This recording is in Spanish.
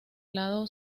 lado